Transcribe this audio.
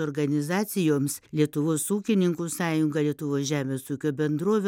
organizacijoms lietuvos ūkininkų sąjunga lietuvos žemės ūkio bendrovių